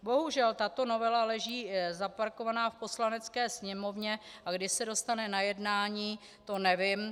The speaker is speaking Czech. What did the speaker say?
Bohužel tato novela leží zaparkovaná v Poslanecké sněmovně, a kdy se dostane na jednání, to nevím.